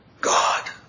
God